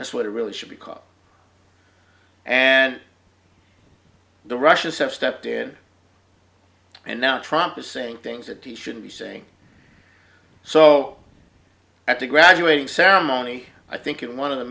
that's what it really should be called and the russians have stepped in and now trump is saying things that he shouldn't be saying so after graduating ceremony i think in one of the